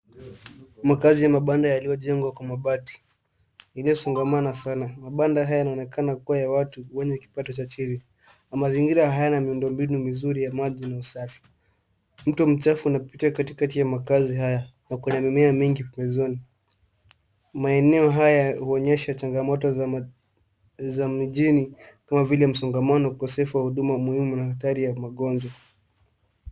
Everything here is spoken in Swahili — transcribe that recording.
Makazi ya mabanda yaliyojengwa kwa mabati yamekusongamana sana. Mabanda haya yanaonyesha kuwa ni ya watu wa kipato cha chini. Mazingira haya hayana miundombinu mizuri ya maji na usafi. Mtu mwenye pikipiki anaonekana katikati ya makazi haya, huku kukiwa na mimea mingi pembezoni. Maeneo haya yanaonyesha changamoto za mijini kama vile msongamano, upungufu wa huduma muhimu na hatari ya magonjwa.